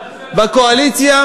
בקואליציה,